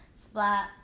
Splat